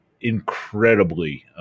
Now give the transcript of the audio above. incredibly